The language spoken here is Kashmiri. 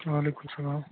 وعلیکُم سَلام